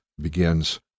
begins